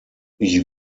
ich